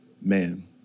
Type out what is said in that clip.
man